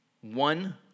One